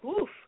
Oof